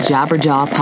Jabberjaw